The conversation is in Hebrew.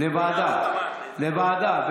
לוועדה,